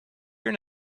your